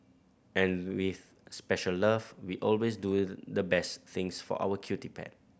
and with special love we always do the best things for our cutie pet